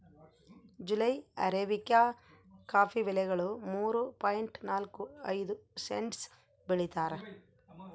July arabica coffee ಬೆಲೆಗಳು ಮೂರು point ನಾಲ್ಕು ಐದು ಸೆಂಟ್ಸ್ ಬೆಳೀತಾರ